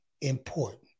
important